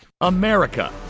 America